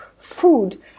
food